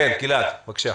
גלעד, בבקשה.